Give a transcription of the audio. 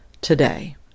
today